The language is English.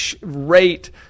rate